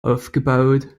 aufgebaut